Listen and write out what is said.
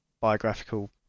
biographical